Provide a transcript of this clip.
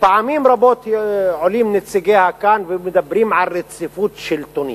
שפעמים רבות עולים נציגיה כאן ומדברים על רציפות שלטונית,